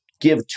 give